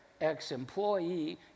ex-employee